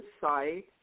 site